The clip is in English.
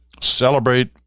Celebrate